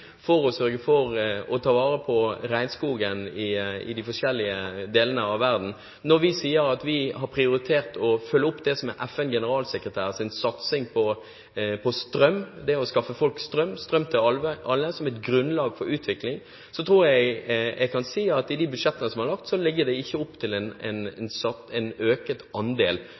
for et klimatilpasset landbruk, for å sørge for å ta vare på regnskogen i de forskjellige deler av verden, og når vi sier at vi har prioritert å følge opp det som er FNs generalsekretærs satsing på strøm, det å skaffe strøm til alle som et grunnlag for utvikling – at det i de budsjettene som er lagt, legges opp til en økt andel når det